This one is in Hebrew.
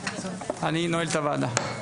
אני נועל את הוועדה.